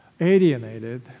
alienated